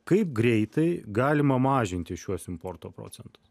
kaip greitai galima mažinti šiuos importo procentus